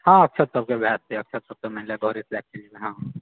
हँ अक्षत सबके भए जेतै अक्षत सब तऽ मानि लिअऽ घरेसँ लए कऽ चलि जेबै हँ